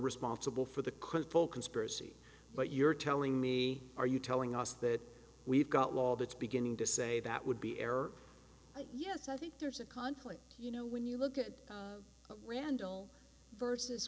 responsible for the current full conspiracy but you're telling me are you telling us that we've got law that's beginning to say that would be error yes i think there's a conflict you know when you look at randall versus